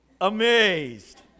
amazed